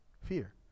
Fear